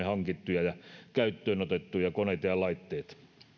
hankittuja ja käyttöönotettuja koneita ja laitteita